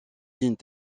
lignes